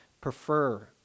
prefer